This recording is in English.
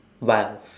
vilf